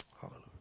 Hallelujah